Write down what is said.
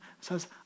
says